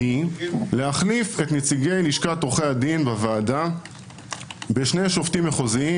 היא להחליף את נציגי לשכת עורכי הדין בוועדה בשני שופטים מחוזיים,